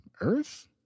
Earth